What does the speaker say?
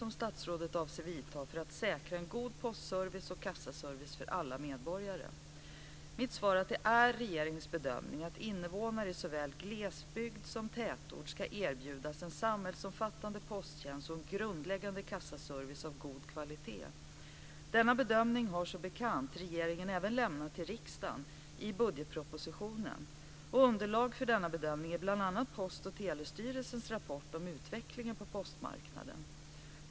Mitt svar är att det är regeringens bedömning att invånare i såväl glesbygd som tätort ska erbjudas en samhällsomfattande posttjänst och en grundläggande kassaservice av god kvalitet. Denna bedömning, har som bekant, regeringen även lämnat till riksdagen i budgetpropositionen. Underlag för regeringens bedömning är bl.a. Post och telestyrelsens rapport om utvecklingen på postmarknaden.